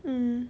mm